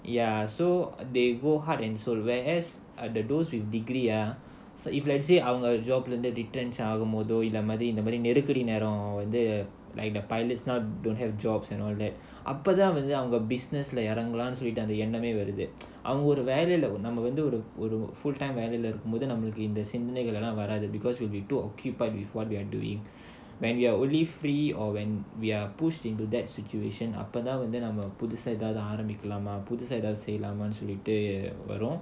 ya so they go heart and soul whereas ah those with degree ah if let's say ah ஆகும்போது இந்த மாதிரி இந்த மாதிரி நெருக்கடி வரும்போது:agumpothu indha maadhiri indha maadhiri nerukkadi varumpothu like the pilots now don't have jobs and all that அப்போ தான் வந்து அந்த:appo thaan vandhu business leh இறங்கலாம்னு சொல்லு அந்த எண்ணமே வருது:irangalaamnu solli andha ennamae varuthu because we'll be too occupied with what we are doing when you are only free or when we are pushed into that situation அப்போதான் நம்ம வந்து புதுசா ஏதாவது ஆரம்பிக்கலாமா புதுசா ஏதாவது செய்யலாமா சொல்லிட்டு வரும்:appothan namma vandhu pudhusaa edhaavathu arambikalaamaa pudhusaa edhaavathu seyyalaamaa sollitu varum